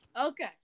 Okay